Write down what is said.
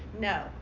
no